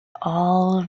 all